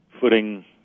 footing